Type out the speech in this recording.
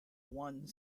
one